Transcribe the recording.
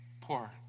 poor